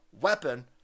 weapon